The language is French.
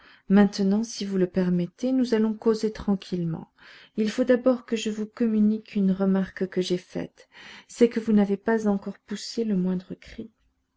maintenant si vous le permettez nous allons causer tranquillement il faut d'abord que je vous communique une remarque que j'ai faite c'est que vous n'avez pas encore poussé le moindre cri